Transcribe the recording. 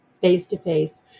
face-to-face